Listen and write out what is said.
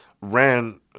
ran